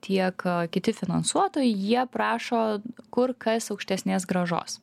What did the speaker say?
tiek kiti finansuotojai jie prašo kur kas aukštesnės grąžos